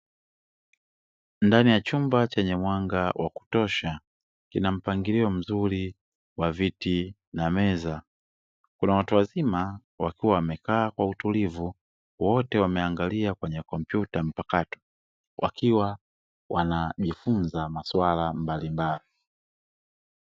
Ndani ya chumba chenye mwanga wa kutosha kina mpangilio mzuri wa viti na meza kuna watu wazima wakiwa wamekaa kwa utulivu wote wameangalia kwenye kompyuta mpaka wakiwa wanajifunza maswala mbalimbali